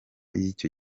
y’icyo